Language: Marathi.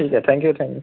ठीक आहे थँक्यू थँक